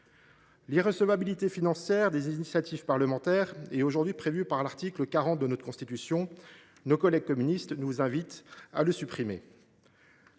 L’irrecevabilité financière des initiatives parlementaires est aujourd’hui prévue à l’article 40 de notre Constitution, que nos collègues communistes nous invitent à supprimer.